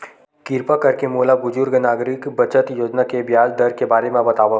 किरपा करके मोला बुजुर्ग नागरिक बचत योजना के ब्याज दर के बारे मा बतावव